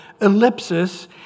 ellipsis